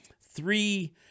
three